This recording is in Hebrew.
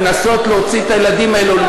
לנסות להוציא את הילדים האלה,